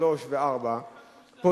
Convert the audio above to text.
שלוש וארבע שנים,